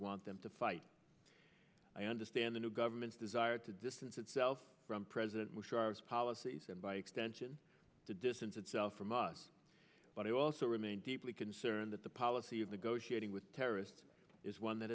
want them to fight i understand the new government's desire to distance itself from president musharraf policies and by extension to distance itself from us but i also remain deeply concerned that the policy of negotiating with terrorists is one that